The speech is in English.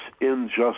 injustice